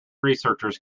researchers